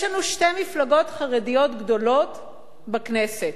יש לנו שתי מפלגות חרדיות גדולות בכנסת.